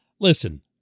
Listen